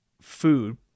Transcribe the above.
food